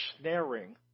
snaring